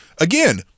again